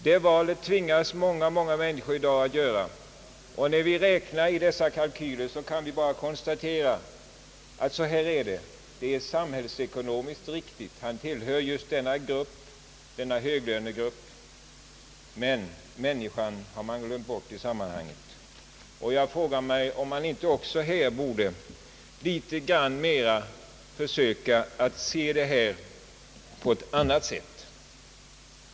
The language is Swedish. Detta val tvingas många människor i dag att göra. Vi kan i våra kalkyler bara konstatera att det är på detta sätt. Han har handlat samhällsekonomiskt riktigt, och han tillhör nu en höglönegrupp, men man har glömt bort något väsentligt i sammanhanget. Jag frågar mig om man inte borde försöka att se på dessa frågor på ett något annat sätt.